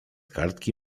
kartki